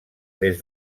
des